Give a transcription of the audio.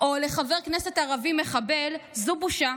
או לחבר כנסת ערבי "מחבל", זה בושה.